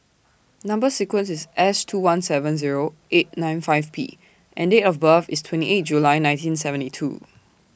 Number sequence IS S two one seven Zero eight nine five P and Date of birth IS twenty eight July nineteen twenty seven